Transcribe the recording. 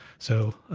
so